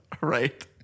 Right